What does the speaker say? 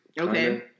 Okay